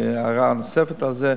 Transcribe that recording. כהערה נוספת על זה,